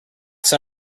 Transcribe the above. sat